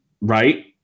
right